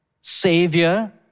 savior